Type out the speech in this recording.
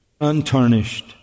untarnished